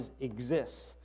exists